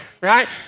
right